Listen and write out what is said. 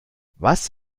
was